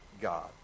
God